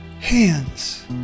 hands